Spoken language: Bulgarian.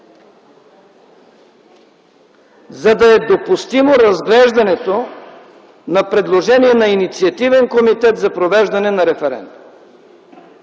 за да е допустимо разглеждането на предложение на инициативен комитет за провеждане на референдум.